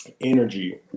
energy